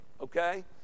okay